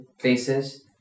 places